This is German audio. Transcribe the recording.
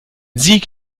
sieg